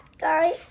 guy